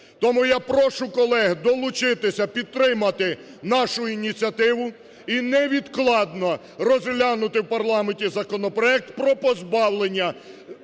Тому я прошу колег долучитися, підтримати нашу ініціативу і невідкладно розглянути в парламенті законопроект про позбавлення